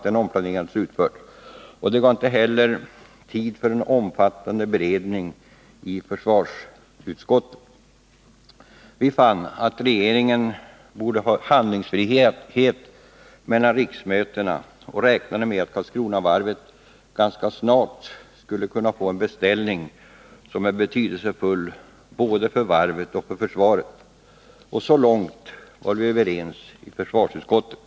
Det fanns inte heller tid till omfattande beredning i försvarsutskottet, Vi fann att regeringen borde ha handlingsfrihet mellan riksmötena och räknade med att Karlskronavarvet ganska snart skulle få en beställning som är betydelsefull både för varvet och för försvaret. Så långt var vi överens i försvarsutskotttet.